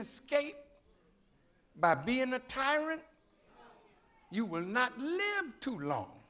escape by being a tyrant you will not be too long